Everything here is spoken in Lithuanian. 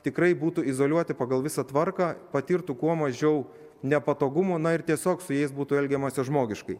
tikrai būtų izoliuoti pagal visą tvarką patirtų kuo mažiau nepatogumų na ir tiesiog su jais būtų elgiamasi žmogiškai